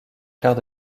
quart